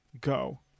go